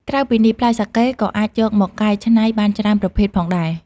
ក្រៅពីនេះ ផ្លែសាកេក៏អាចយកមកកែច្នៃបានច្រើនប្រភេទផងដែរ។